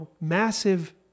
massive